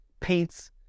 paints